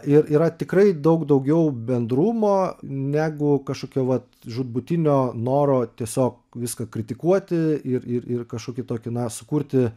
ir yra tikrai daug daugiau bendrumo negu kažkokio vat žūtbūtinio noro tiesiog viską kritikuoti ir ir ir kažkokį tokį na sukurti